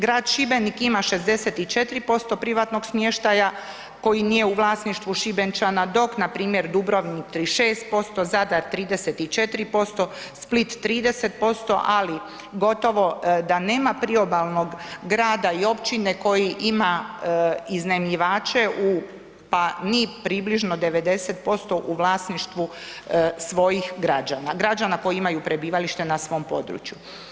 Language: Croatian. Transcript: Grad Šibenik ima 64% privatnog smještaja koji nije u vlasništvu Šibenčana, dok npr. Dubrovnik 36%, Zadar 34%, Split 30%, ali gotovo da nema priobalnog grada i općine koji ima iznajmljivače u, pa ni približno 90% u vlasništvu svojih građana, građana koji imaju prebivalište na svom području.